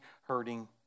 hurting